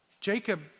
Jacob